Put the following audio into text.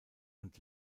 und